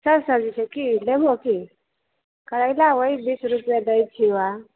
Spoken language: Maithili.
सब सब्जी छऽ की लेबहो की करैला वही बीस रूपये दै छियै